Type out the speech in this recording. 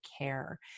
care